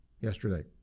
yesterday